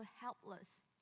helpless